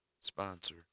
sponsor